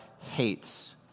hates